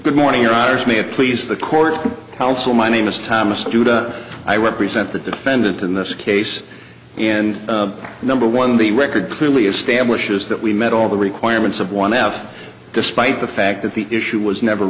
good morning your honors me and please the court counsel my name is thomas judah i represent the defendant in this case and number one the record clearly establishes that we met all the requirements of one f despite the fact that the issue was never